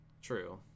true